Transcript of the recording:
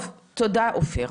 טוב, תודה, אופיר.